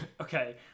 Okay